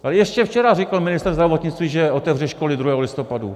Ale ještě včera řekl ministr zdravotnictví, že otevře školy 2. listopadu.